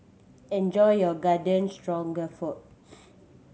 enjoy your Garden Stroganoff